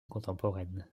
contemporaine